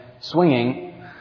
swinging